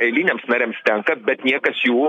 eiliniams nariams tenka bet niekas jų